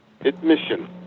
admission